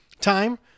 time